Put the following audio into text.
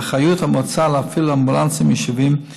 באחריות המועצה להפעיל אמבולנסים ביישובים על